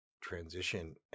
transition